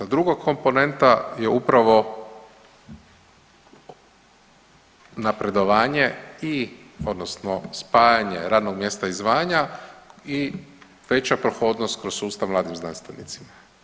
Druga komponenta je upravo napredovanje i odnosno spajanje radnog mjesta i zvanja i veća prohodnost kroz sustav mladim znanstvenicima.